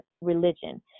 religion